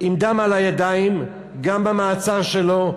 עם דם על הידיים, גם במעצר שלו.